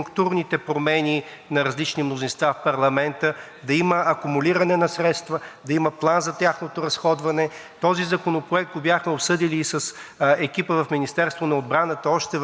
Този законопроект го бяхме обсъдили и с екипа в Министерството на отбраната още в рамките на предходния мандат. Надявам се това Народно събрание да стигне и до темата за превъоръжаването на армията,